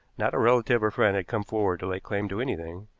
not a relative or friend had come forward to lay claim to anything,